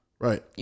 Right